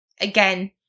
again